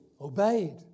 obeyed